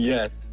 Yes